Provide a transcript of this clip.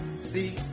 see